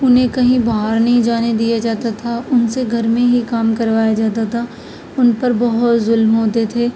انہیں کہیں باہر نہیں جانے دیا جاتا تھا ان سے گھر میں ہی کام کروایا جاتا تھا ان پر بہت ظلم ہوتے تھے